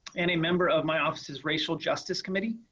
any member of my office's racial justice committee,